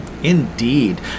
Indeed